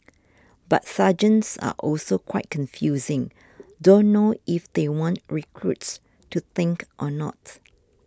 but sergeants are also quite confusing don't know if they want recruits to think or not